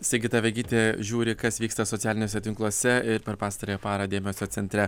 sigita vegytė žiūri kas vyksta socialiniuose tinkluose ir per pastarąją parą dėmesio centre